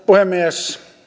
puhemies